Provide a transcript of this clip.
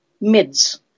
MIDS